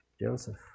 Joseph